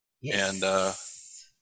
Yes